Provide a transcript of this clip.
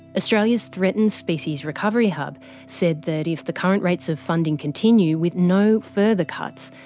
australia's threatened species recovery hub said that if the current rates of funding continue, with no further cuts,